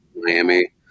Miami